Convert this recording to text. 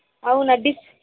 అవునా డిస్